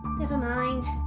never mind,